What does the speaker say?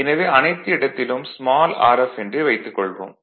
எனவே அனைத்து இடத்திலும் ஸ்மால் rf என்றே வைத்துக் கொள்வோம்